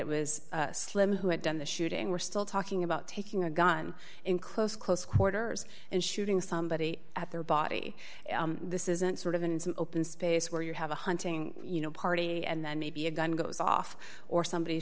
it was slim who had done the shooting we're still talking about taking a gun in close close quarters and shooting somebody at their body this isn't sort of in some open space where you have a hunting you know party and then maybe a gun goes off or somebody